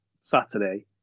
Saturday